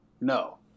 No